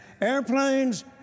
airplanes